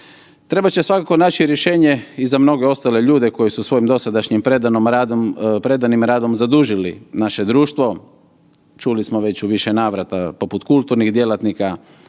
Trebat će svakako naći rješenje i za mnoge ostale ljude koji si svojim dosadašnjim predanim radom zadužili naše društvo, čuli smo već u više navrata, poput kulturnih djelatnika.